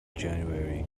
january